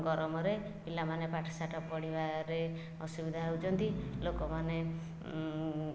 ଗରମରେ ପିଲାମାନେ ପାଠ୍ ସାଠ୍ ପଢ଼ିବାରେ ଅସୁବିଧା ହେଉଛନ୍ତି ଲୋକମାନେ